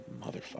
Motherfucker